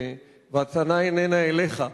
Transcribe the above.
והטענה איננה אליך,